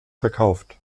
verkauft